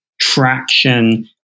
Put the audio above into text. traction